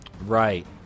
right